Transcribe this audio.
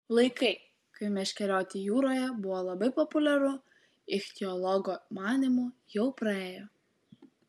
laikai kai meškerioti jūroje buvo labai populiaru ichtiologo manymu jau praėjo